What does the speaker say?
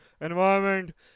environment